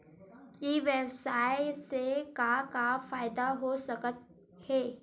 ई व्यवसाय से का का फ़ायदा हो सकत हे?